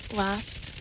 last